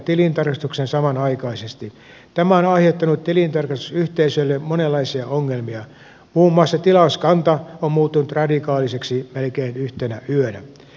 tämä on aiheuttanut tilintarkastusyhteisöille monenlaisia ongelmia muun muassa tilauskanta on muuttunut radikaalisesti melkein yhtenä yönä